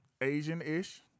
Asian-ish